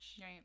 right